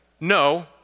No